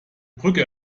brücke